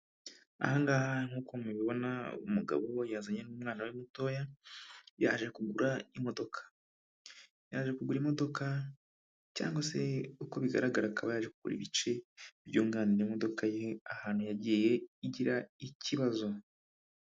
Ahangaha nk'uko mubibona umugabo we yazanye n'umwana we mutoya yaje kugura imodoka, yaje kugura imodoka cyangwa se uko bigaragara akaba ibice byunganira imodoka ye ahantu yagiye igira ikibazo.